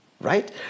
right